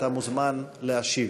אתה מוזמן להשיב.